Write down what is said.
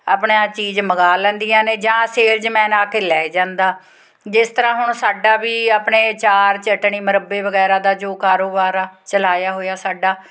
ਆਪਣਾ ਚੀਜ਼ ਮੰਗਵਾ ਲੈਂਦੀਆਂ ਨੇ ਜਾਂ ਸੇਲਜਮੈਨ ਆ ਕੇ ਲੈ ਜਾਂਦਾ ਜਿਸ ਤਰ੍ਹਾਂ ਹੁਣ ਸਾਡਾ ਵੀ ਆਪਣੇ ਅਚਾਰ ਚਟਣੀ ਮੁਰੱਬੇ ਵਗੈਰਾ ਦਾ ਜੋ ਕਾਰੋਬਾਰ ਆ ਚਲਾਇਆ ਹੋਇਆ ਸਾਡਾ